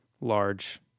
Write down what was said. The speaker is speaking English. large